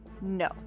no